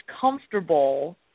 comfortable